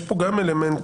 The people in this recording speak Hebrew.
יש כאן גם אלמנט